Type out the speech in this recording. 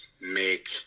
make